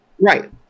Right